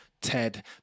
Ted